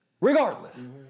regardless